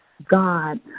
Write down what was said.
God